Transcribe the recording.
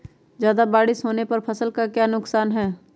ज्यादा बारिस होने पर फसल का क्या नुकसान है?